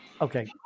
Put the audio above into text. Okay